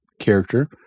character